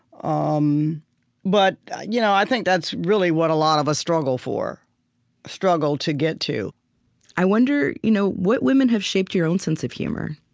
um but you know i think that's really what a lot of us struggle for struggle to get to i wonder, you know what women have shaped your own sense of humor?